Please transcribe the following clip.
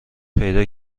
پیدا